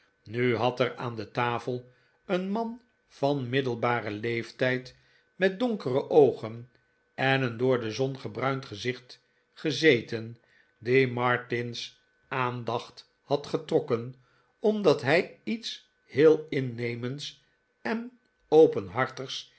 nu had er aan de tafel een man van middelbaren leeftijd met donkere oogen en een door de zon gebruind gezicht gezeten die martin's aandacht had getrokken omdat hij iets heel innemends en